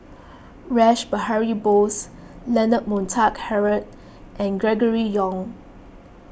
Rash Behari Bose Leonard Montague Harrod and Gregory Yong